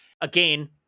again